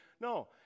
No